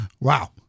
wow